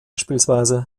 bspw